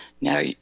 now